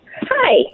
Hi